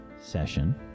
session